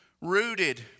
rooted